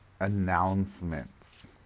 announcements